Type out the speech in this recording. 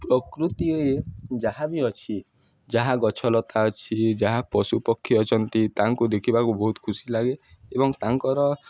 ପ୍ରକୃତିରେ ଯାହା ବିି ଅଛି ଯାହା ଗଛଲତା ଅଛି ଯାହା ପଶୁପକ୍ଷୀ ଅଛନ୍ତି ତାଙ୍କୁ ଦେଖିବାକୁ ବହୁତ ଖୁସି ଲାଗେ ଏବଂ ତାଙ୍କର